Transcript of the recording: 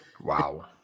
Wow